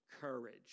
courage